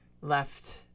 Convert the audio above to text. left